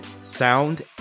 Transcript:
sound